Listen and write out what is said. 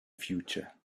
future